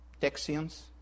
Texians